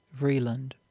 vreeland